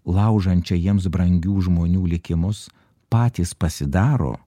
laužančią jiems brangių žmonių likimus patys pasidaro